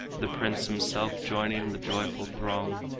the prince himself joining the joyful throng,